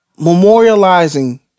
memorializing